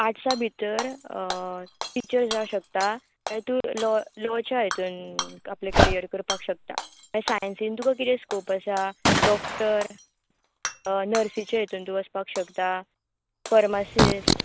आर्टसा भितर टिचर जावं शकता वा तूं लॉ लॉच्या हितूर आपलें करियर करपाक शकता मागीर सायन्सीन तुका कितें स्कोप आसा डॉक्टर नर्सिचें हितूर तूं वचपाक शकता फर्मासीस्ट